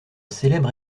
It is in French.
célèbre